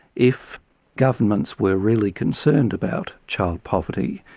if governments were really concerned about child poverty,